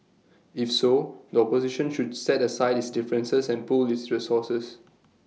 if so the opposition should set aside its differences and pool its resources